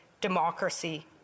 democracy